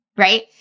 right